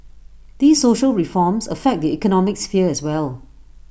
these social reforms affect the economic sphere as well